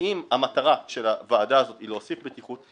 ואם המטרה של הוועדה הזאת היא להוסיף בטיחות,